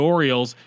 Orioles